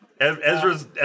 Ezra's